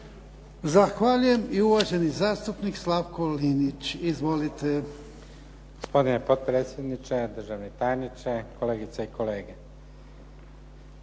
Zahvaljujem. I uvaženi zastupnik Slavko Linić. Izvolite.